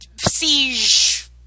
siege